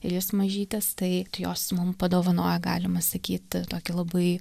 ir jis mažytis tai tai jos mum padovanoja galima sakyt tokį labai